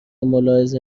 ملاحظه